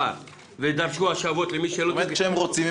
שדרשו השבות למי -- כשהם רוצים,